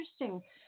interesting